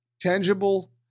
tangible